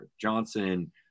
Johnson